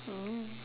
mm